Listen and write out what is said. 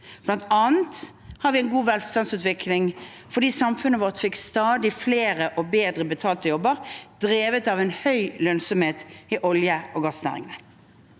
Blant annet hadde vi en god velstandsutvikling fordi samfunnet vårt fikk stadig flere og bedre betalte jobber drevet av høy lønnsomhet i olje- og gassnæringen.